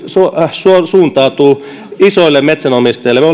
suuntautuu isoille metsänomistajille me